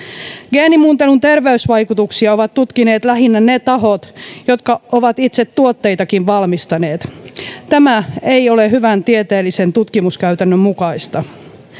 geenimuuntelun terveysvaikutuksia ovat tutkineet lähinnä ne tahot jotka ovat itse tuotteitakin valmistaneet tämä ei ole hyvän tieteellisen tutkimuskäytännön mukaista